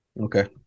Okay